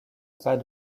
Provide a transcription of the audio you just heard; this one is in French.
pas